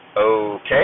Okay